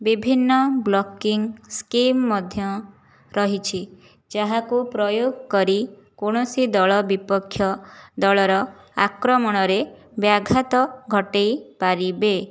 ବିଭିନ୍ନ blocking scheme ମଧ୍ୟ ରହିଛି ଯାହାକୁ ପ୍ରୟୋଗ କରି କୌଣସି ଦଳ ବିପକ୍ଷ ଦଳର ଆକ୍ରମଣରେ ବ୍ୟାଘାତ ଘଟାଇ ପାରିବେ